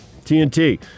TNT